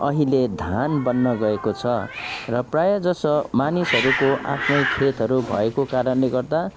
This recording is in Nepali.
अहिले धान बन्नगएको छ र प्रायःजसो मानिसहरूको आफ्नै खेतहरू भएको कारणले गर्दा